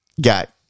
got